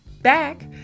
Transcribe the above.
back